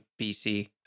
BC